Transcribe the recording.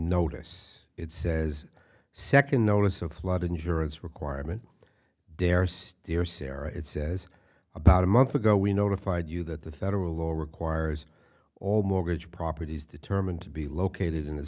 notice it says second notice of flood insurance requirement dare steer sarah it says about a month ago we notified you that the federal law requires all mortgage properties determined to be located in a